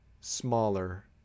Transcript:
smaller